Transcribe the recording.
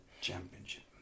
championship